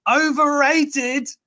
overrated